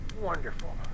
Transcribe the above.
wonderful